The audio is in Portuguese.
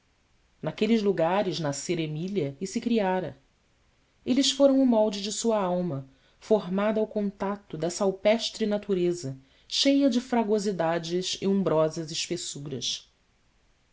naqueles lugares nascera emília e se criara eles foram o molde de sua alma formada ao contato dessa alpestre natureza cheia de fragosidades e umbrosas espessuras